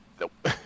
Nope